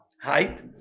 height